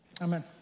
Amen